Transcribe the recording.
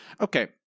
Okay